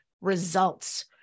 results